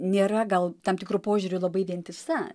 nėra gal tam tikru požiūriu labai vientisa